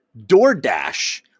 DoorDash